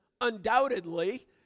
undoubtedly